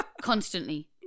constantly